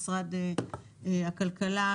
משרד הכלכלה,